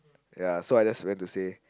ya so I just went to say